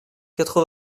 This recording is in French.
quatre